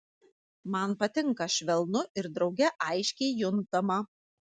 man patinka švelnu ir drauge aiškiai juntama